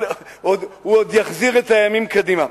הוא עוד יחזיר את הימים קדימה.